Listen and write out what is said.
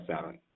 seven